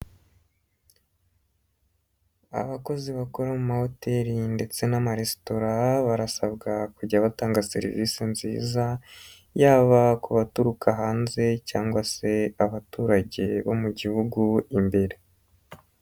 Abakozi bakora amahoteli ndetse n'amaresitora barasabwa kujya batanga serivisi nziza, yaba ku baturuka hanze cyangwa se abaturage bo mu gihugu imbere.